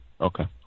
Okay